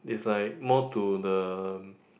it's like more to the